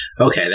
Okay